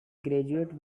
graduate